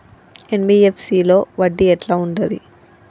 NBFC లో వడ్డీ ఎట్లా ఉంటది?